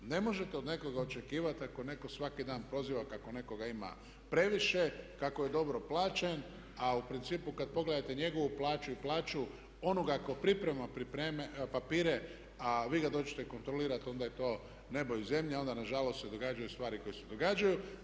Ne možete od nekoga očekivati ako netko svaki dan proziva kako nekoga ima previše, kako je dobro plaćen a u principu kad pogledate njegovu plaću i plaću onoga tko priprema papire a vi ga dođete kontrolirati onda je to nebo i zemlja, onda se nažalost događaju stvari koje se događaju.